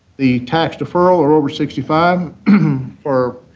the tax deferral or over sixty five for